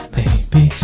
baby